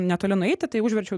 netoli nueiti tai užverčiau